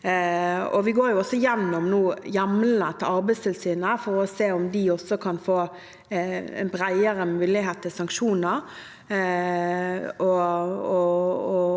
Vi går nå også gjennom hjemlene til Arbeidstilsynet for å se om de kan få en bredere mulighet til sanksjoner,